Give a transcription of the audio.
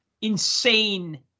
Insane